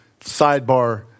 sidebar